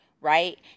right